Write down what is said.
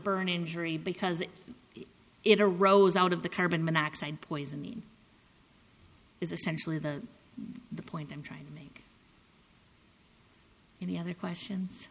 burn injury because it arose out of the carbon monoxide poisoning is essentially the the point i'm trying to make in the other questions